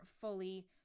fully